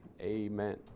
amen